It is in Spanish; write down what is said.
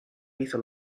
hizo